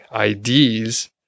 IDs